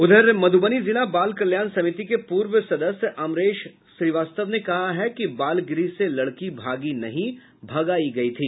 उधर मधुबनी जिला बाल कल्याण समिति के पूर्व सदस्य अमरेश श्रीवास्तव ने कहा है कि बालिका गृह से लड़की भागी नहीं भगायी गयी थी